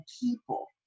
people